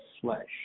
flesh